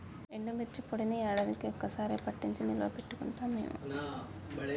ఎండుమిర్చి పొడిని యాడాదికీ ఒక్క సారె పట్టించి నిల్వ పెట్టుకుంటాం మేము